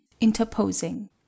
interposing